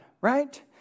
right